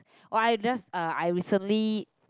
[wah] I just uh I recently